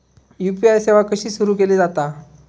UPI सेवा कशी सुरू केली जाता?